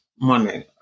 money